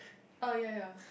oh ya ya